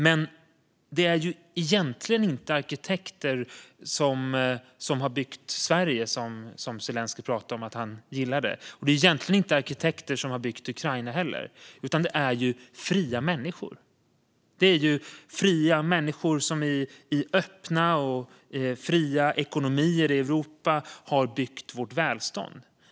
Men det är egentligen inte arkitekter som har byggt det Sverige som Zelenskyj pratade om att han gillar. Det är heller inte arkitekter som har byggt Ukraina, utan det är fria människor. Det är fria människor som i öppna och fria ekonomier i Europa har byggt vårt välstånd.